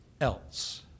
else